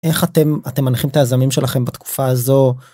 איך אתם אתם מנחים את היזמים שלכם בתקופה הזו.